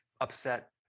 upset